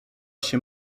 się